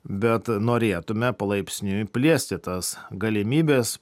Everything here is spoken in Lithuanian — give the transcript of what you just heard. bet norėtume palaipsniui plėsti tas galimybes